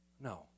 No